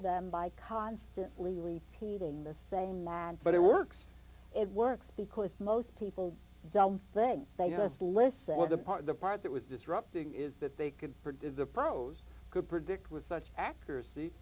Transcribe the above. them by constantly repeating the same line but it works it works because most people don't think they have to listen to the part the part that was disrupting is that they could predict the pros could predict with such accuracy